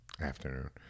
afternoon